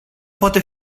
poate